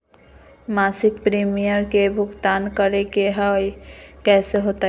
मासिक प्रीमियम के भुगतान करे के हई कैसे होतई?